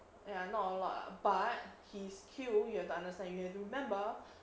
ya not a lot lah but his kill you have to understand you have to remember